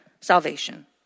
salvation